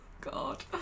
God